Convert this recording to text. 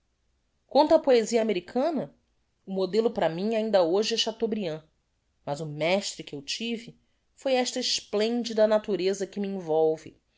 quanto à poesia americana o modelo para mim ainda hoje é chateaubriand mas o mestre que eu tive foi esta explendida natureza que me envolve